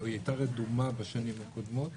היא הייתה רדומה בשנים הקודמות.